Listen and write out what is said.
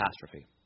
catastrophe